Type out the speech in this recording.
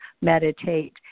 meditate